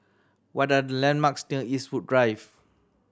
what are the landmarks near Eastwood Drive